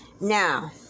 Now